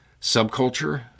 subculture